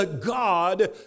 God